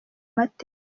mateka